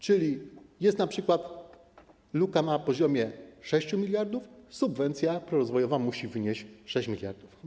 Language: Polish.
Czyli jest np. luka na poziomie 6 mld zł, subwencja prorozwojowa musi wynieść 6 mld zł.